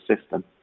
system